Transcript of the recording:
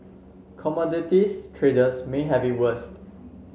commodities traders may have it worst